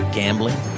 gambling